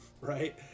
right